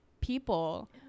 people